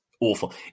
awful